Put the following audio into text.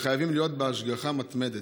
וחייבים להיות בהשגחה מתמדת.